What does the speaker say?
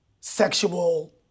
sexual